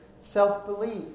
self-belief